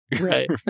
Right